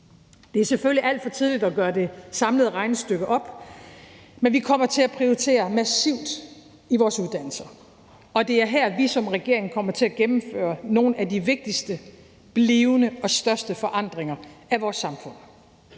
Det er selvfølgelig alt for tidligt at gøre det samlede regnestykke op. Men vi kommer til at prioritere massivt i vores uddannelser, og det er her, vi som regering kommer til at gennemføre nogle af de vigtigste blivende og største forandringer af vores samfund.